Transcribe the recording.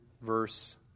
verse